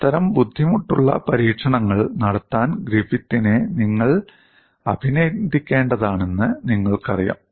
അത്തരം ബുദ്ധിമുട്ടുള്ള പരീക്ഷണങ്ങൾ നടത്താൻ ഗ്രിഫിത്തിനെ നിങ്ങൾ അഭിനന്ദിക്കേണ്ടതാണെന്ന് നിങ്ങൾക്കറിയാം